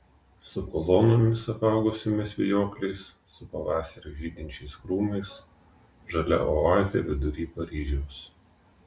su kolonomis apaugusiomis vijokliais su pavasarį žydinčiais krūmais žalia oazė vidury paryžiaus